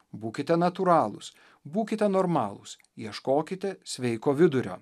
būkite natūralūs būkite normalūs ieškokite sveiko vidurio